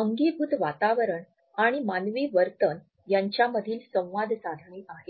अंगभूत वातावरण आणि मानवी वर्तन यांच्यामधील संवाद साधणे आहे